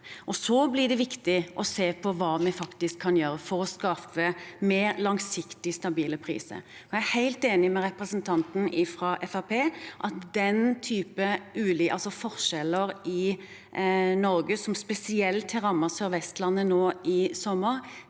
Så blir det viktig å se på hva vi faktisk kan gjøre for å skape mer langsiktig stabile priser. Jeg er helt enig med representanten fra Fremskrittspartiet i at den type forskjeller i Norge, som spesielt har rammet SørVestlandet nå i sommer,